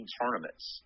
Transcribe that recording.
tournaments